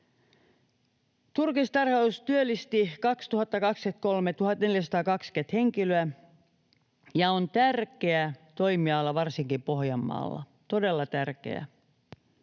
Turkistarhaus työllisti 1 420 henkilöä vuonna 2023 ja on tärkeä toimiala varsinkin Pohjanmaalla, todella tärkeä.